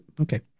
Okay